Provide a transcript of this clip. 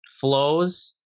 flows